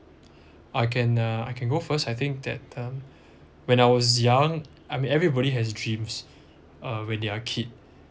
I can uh I can go first I think that um when I was young I mean everybody has a dreams uh when they are a kid